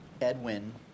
Edwin